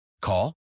Call